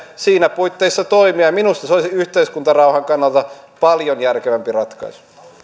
niissä puitteissa toimia minusta se olisi yhteiskuntarauhan kannalta paljon järkevämpi ratkaisu